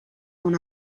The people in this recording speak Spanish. una